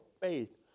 faith